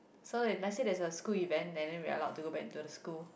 so they let's say there is a school event and then we are allowed to go back into the school